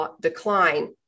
decline